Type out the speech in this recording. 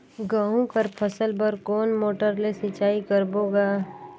गहूं कर फसल बर कोन मोटर ले सिंचाई करबो गा?